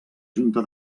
junta